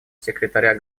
секретаря